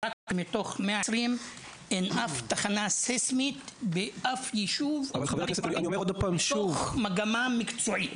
שמתוך 120 אין שום תחנה סיסמית בשום יישוב ערבי מתוך מגמה מקצועית?